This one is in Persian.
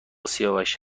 سیاوش